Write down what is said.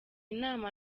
inama